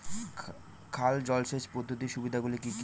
খাল জলসেচ পদ্ধতির সুবিধাগুলি কি কি?